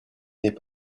n’est